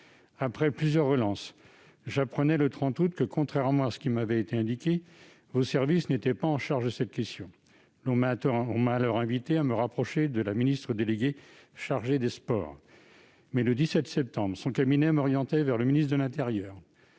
Après plusieurs relances, j'apprenais pourtant le 30 août que, contrairement à ce qui m'avait été indiqué, vos services n'étaient pas chargés de cette question. On m'a alors invité à me rapprocher de Mme la ministre déléguée chargée des sports. Le 17 septembre, son cabinet m'orientait vers le ministre de l'intérieur